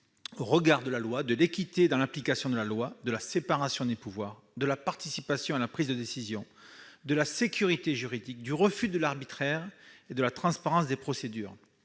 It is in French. au regard de la loi, l'équité dans l'application de celle-ci, la séparation des pouvoirs, la participation à la prise de décision, la sécurité juridique, le refus de l'arbitraire et la transparence des procédures.